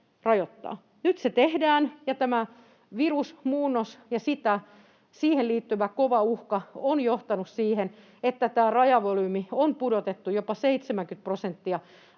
Nyt se tehdään, ja tämä virusmuunnos ja siihen liittyvä kova uhka ovat johtaneet siihen, että rajavolyymiä on pudotettu, jopa 70 prosenttia